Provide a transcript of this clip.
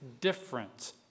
different